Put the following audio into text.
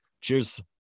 cheers